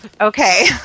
Okay